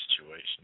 situation